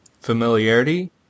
familiarity